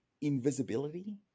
invisibility